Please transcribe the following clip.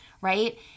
right